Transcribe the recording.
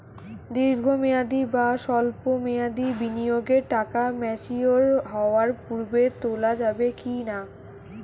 দীর্ঘ মেয়াদি বা সল্প মেয়াদি বিনিয়োগের টাকা ম্যাচিওর হওয়ার পূর্বে তোলা যাবে কি না?